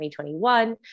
2021